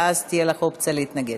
ואז תהיה לך אופציה להתנגד.